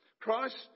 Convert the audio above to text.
Christ